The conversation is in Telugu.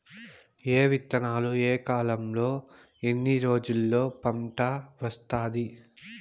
ఏ విత్తనాలు ఏ కాలంలో ఎన్ని రోజుల్లో పంట వస్తాది?